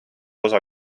osa